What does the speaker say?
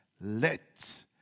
Let